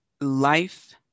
life